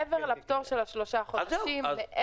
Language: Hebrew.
מעבר לפטור של השלושה חודשים.